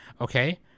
Okay